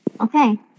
Okay